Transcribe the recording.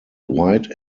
white